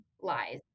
lies